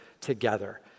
together